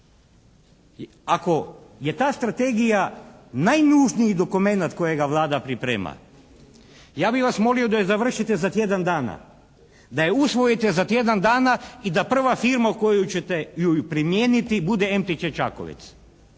Ako je ta strategija najnužniji dokumenat kojega Vlada priprema ja bi vas molio da je završite za tjedan dana, da je usvojite za tjedan dana i da prva firma u koju ćete ju primijeniti bude MTČ Čakovec.